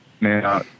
now